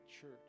church